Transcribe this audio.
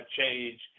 change